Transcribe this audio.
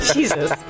Jesus